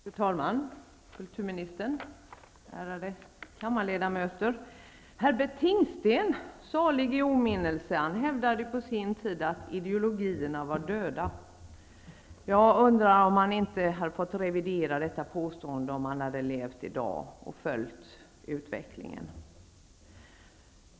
Fru talman! Kulturministern och ärade kammarledamöter! Herbert Tingsten, salig i åminnelse, hävdade på sin tid att ideologierna var döda. Jag undrar om han inte hade fått revidera det påståendet om han hade levt i dag och följt utvecklingen.